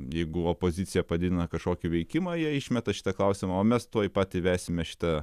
jeigu opozicija padidina kažkokį veikimą jie išmeta šitą klausimą o mes tuoj pat įvesime šitą